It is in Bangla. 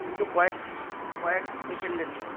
কিন্তু কয়েক স কয়েক সেকেন্ডের জন্য